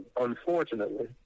unfortunately